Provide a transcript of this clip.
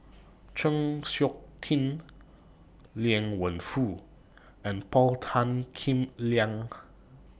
Chng Seok Tin Liang Wenfu and Paul Tan Kim Liang